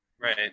Right